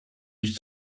ich